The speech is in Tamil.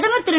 பிரதமர் திரு